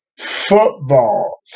football